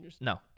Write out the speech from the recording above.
no